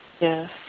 yes